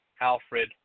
Alfred